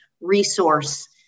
resource